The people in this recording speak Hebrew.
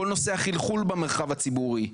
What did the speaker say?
כל נושא החלחול במרחב הציבורי,